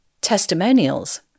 testimonials